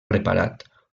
preparat